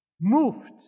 moved